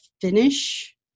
finish